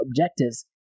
objectives